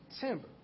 timber